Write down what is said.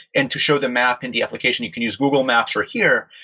and to show the map and the application, you can use google maps or here.